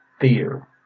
fear